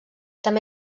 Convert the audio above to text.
també